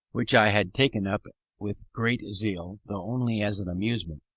which i had taken up with great zeal, though only as an amusement,